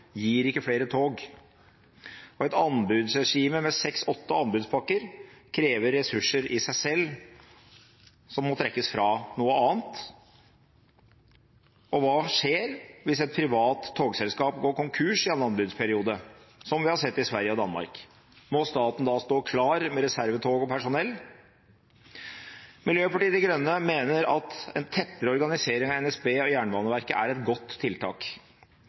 gir ikke flere tog. Og et anbudsregime, med seks–åtte anbudspakker, krever ressurser i seg selv, som må trekkes fra noe annet. Og hva skjer hvis et privat togselskap går konkurs i en anbudsperiode, som vi har sett i Sverige og Danmark – må staten da stå klar med reservetog og personell? Miljøpartiet De Grønne mener at en tettere organisering av NSB og Jernbaneverket er et godt tiltak,